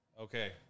Okay